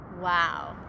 wow